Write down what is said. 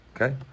okay